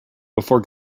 before